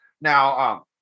now